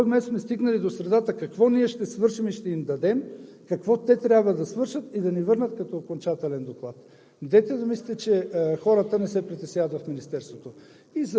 провел съм 3 – 4 разговора, разменили сме информация и до този момент сме стигнали до средата – какво ние ще свършим и ще им дадем, какво те трябва да свършат и да ни върнат като окончателен доклад.